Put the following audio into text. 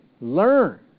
learn